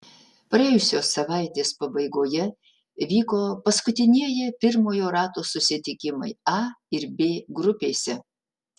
praėjusios savaitės pabaigoje vyko paskutinieji pirmojo rato susitikimai a ir b grupėse